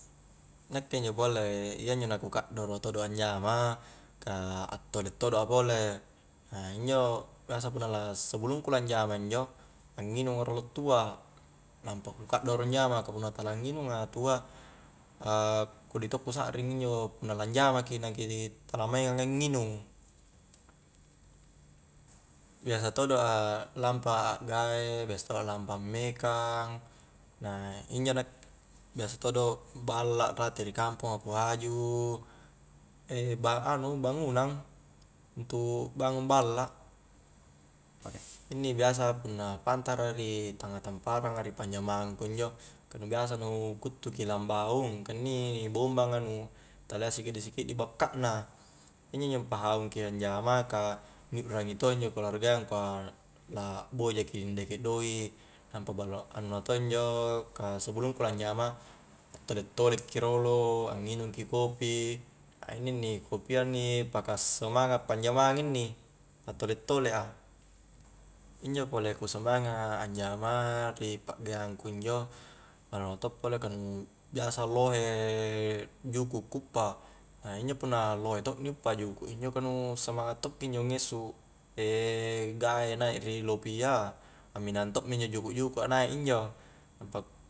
Nakke injo pole iya injo na ku kaddoro todo anjama ka attole todo a pole, injo biasa punna la sebelungku lanjama injo anginunga rolo tuak nampa ku kaddoro anjama kapunna tala nginunga tuak kodi to ku sakring injo punna lanjamaki na ki tala maing nginung biasa todo' a lampa akgae biasa to a lampa ammekang na injo nakke biasa to balla rate ri kamponga ku haju ba anu bangunang untu' bangung balla inni biasa punna pantara ri tangnga tamparanga di panjamang ku injo ka nu biasa nu kuttu ki la ambaung ka nu biasa nu kuttu ki la ambaung ka inni bombanga nu tala sikiddi-sikiddi bakka na injo-injo ampahaung ki anjama ka ni ukrangi to injo keluarga iya angkua lakboja ki ndeke doik nampa ballo anunna to injo ka sebelumku lanjama attole tole ki rolo anginung ki kopi a inni inni kopia inni pakassemanga' panjamang inni na tole-tole a injo pole ku sumanga' anjama ri pa'gaeang ku injo ka nu biasa lohe juku' ku uppa, injo punna lohe to ni uppa juku' injo ka nu semangat tokki injo ngessu gae naik ri lopia, amminahang to mi injo juku'-juku' a naik injo